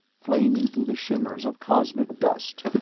flaming through the shimmers of cosmic dust.